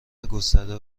گسترده